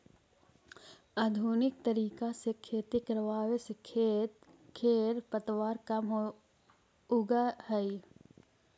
आधुनिक तरीका से खेती करवावे से खेर पतवार कम उगह हई